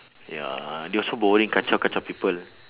ya they also boring kacau kacau people